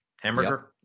hamburger